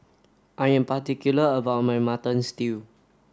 I am particular about my mutton stew